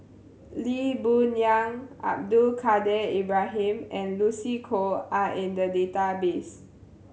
Lee Boon Yang Abdul Kadir Ibrahim and Lucy Koh are in the database